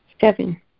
seven